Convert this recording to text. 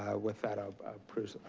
ah with that, i'll